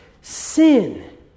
sin